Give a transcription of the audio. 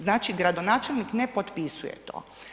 Znači gradonačelnik ne potpisuje to.